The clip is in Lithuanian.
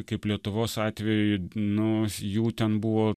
kaip lietuvos atveju nu jų ten buvo